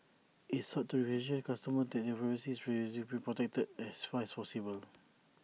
IT sought to reassure customers that their privacy is being protected as far as possible